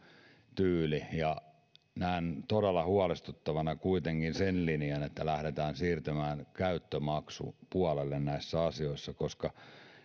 tyyli näen todella huolestuttavana kuitenkin sen linjan että lähdetään siirtymään käyttömaksupuolelle näissä asioissa koska